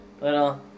Little